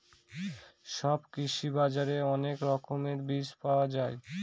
সব কৃষি বাজারে অনেক রকমের বীজ পাওয়া যায়